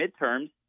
midterms